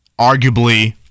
arguably